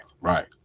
right